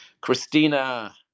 Christina